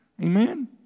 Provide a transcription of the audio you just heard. Amen